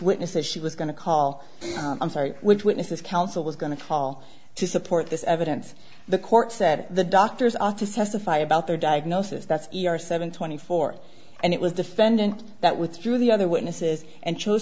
witnesses she was going to call i'm sorry which witnesses counsel was going to call to support this evidence the court said the doctor's office testify about their diagnosis that's e r seven twenty four and it was defendant that withdrew the other witnesses and